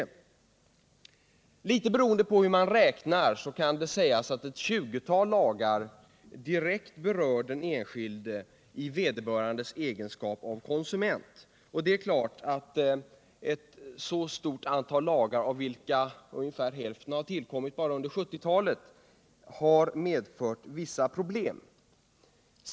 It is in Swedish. I någon mån beroende på hur man räknar kan det sägas att ett tjugotal lagar direkt berör den enskilde i hans egenskap av konsument, och det är klart att ett så stort antal lagar, av vilka ungefär hälften har tillkommit bara under 1970-talet, har medfört vissa problem.